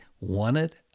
wanted